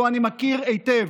שאותו אני מכיר היטב,